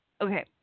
Okay